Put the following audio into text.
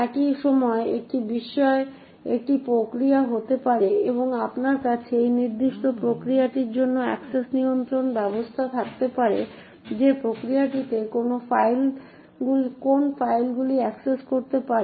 একই সময়ে একটি বিষয় একটি প্রক্রিয়া হতে পারে এবং আপনার কাছে সেই নির্দিষ্ট প্রক্রিয়াটির জন্য অ্যাক্সেস নিয়ন্ত্রণ ব্যবস্থা থাকতে পারে যে প্রক্রিয়াটি কোন ফাইলগুলি অ্যাক্সেস করতে পারে